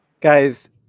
Guys